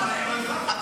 מה זה, לא אני משלם לך?